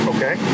Okay